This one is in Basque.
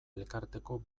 elkarteko